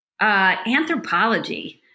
Anthropology